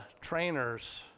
trainers